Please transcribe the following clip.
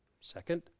Second